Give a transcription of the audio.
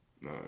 No